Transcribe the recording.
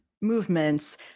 movements